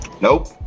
Nope